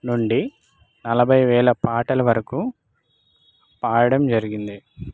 నుండి నలభై వేల పాటల వరకు పాడటం జరిగింది